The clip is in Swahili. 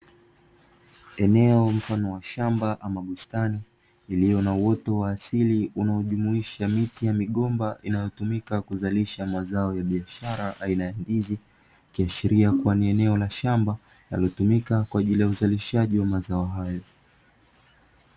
Eneo mfano wa shamba ama bustani lililo na uoto wa asili unaojumuisha miti ya migomba, inayotumika kuzalisha mazao ya bishara aina ya ndizi, ikiashiria kuwa ni eneo la shamba linalotumika kwaajili ya uzalishaji wa mazao hayo.